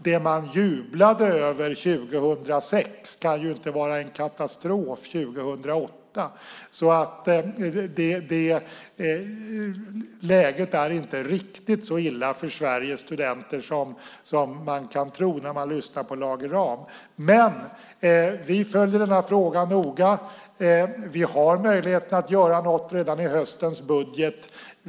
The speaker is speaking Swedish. Det man jublade över 2006 kan ju inte vara en katastrof 2008. Läget för Sveriges studenter är inte riktigt så illa som man kan tro när man lyssnar på Lage Rahm. Vi följer den här frågan noga. Vi har möjlighet att göra något redan i höstens budget.